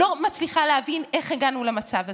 אני לא מצליחה להבין איך הגענו למצב הזה.